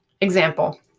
Example